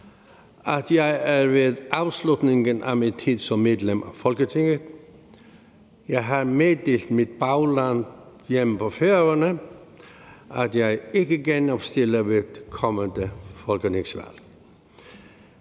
at jeg er ved afslutningen af min tid som medlem af Folketinget. Jeg har meddelt mit bagland hjemme på Færøerne, at jeg ikke genopstiller ved det kommende folketingsvalg.